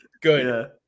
Good